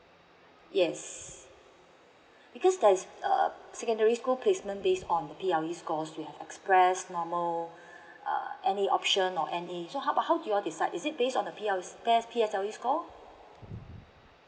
yes because there's uh secondary school placement based on the P_S_L_E score you have express normal ah any option or any so how about how you all decide is it based on the P_S_L_E score